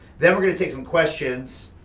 then we're gonna take some questions,